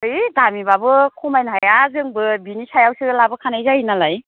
है गामिबाबो खमायनो हाया जोंबो बिनि सायावसो लाबोखानाय जायो नालाय